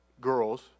girls